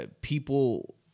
people